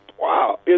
wow